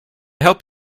help